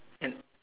and